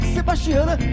Sebastiana